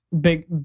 Big